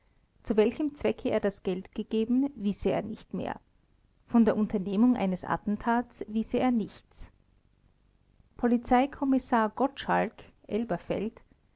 zu welchem zwecke er das geld gegeben wisse er nicht mehr von der unternehmung eines attentats wisse er nichts polizeikommissar gottschalk